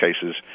cases